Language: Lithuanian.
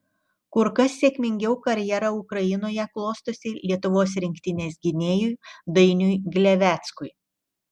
kur kas sėkmingiau karjera ukrainoje klostosi lietuvos rinktinės gynėjui dainiui gleveckui